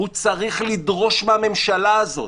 הוא צריך לדרוש מהממשלה הזאת.